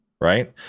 right